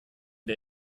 der